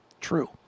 True